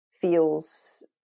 feels